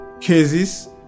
cases